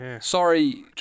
Sorry